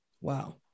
Wow